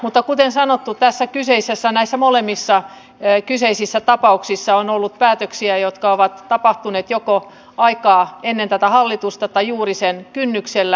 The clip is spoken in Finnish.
mutta kuten sanottu näissä molemmissa kyseisissä tapauksissa on ollut päätöksiä jotka ovat tapahtuneet joko ennen tätä hallitusta tai juuri sen kynnyksellä